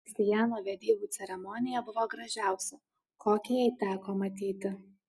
kristijano vedybų ceremonija buvo gražiausia kokią jai teko matyti